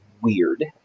weird